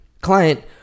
client